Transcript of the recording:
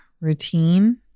routine